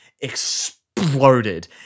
exploded